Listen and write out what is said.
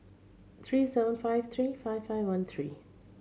three seven five three five five one three